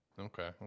okay